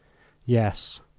yes.